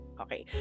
okay